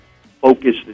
Focus